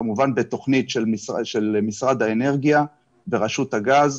כמובן בתוכנית של משרד האנרגיה ורשות הגז,